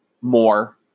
more